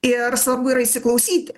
ir svarbu yra įsiklausyti